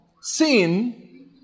Sin